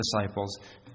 disciples